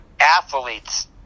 athletes